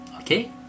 okay